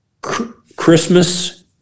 Christmas